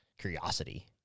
curiosity